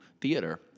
theater